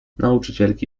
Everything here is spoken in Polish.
nauczycielki